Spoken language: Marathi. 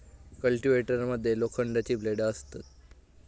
कल्टिवेटर मध्ये लोखंडाची ब्लेडा असतत